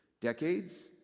decades